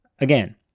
Again